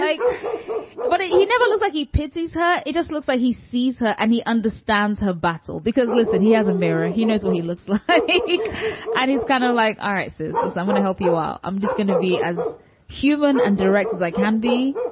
like but he never looks like he pierces her. it just looks like he sees her and he understands her battle because, listen, he has a mirror. he knows what he looks like and he's gonna like ah irises. and so i want to help you out. i'm just going to be as human and direct as i can be.